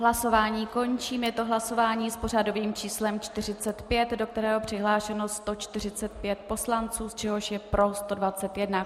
Hlasování končím, je to hlasování s pořadovým číslem 45, do kterého je přihlášeno 145 poslanců, z čehož je pro 121.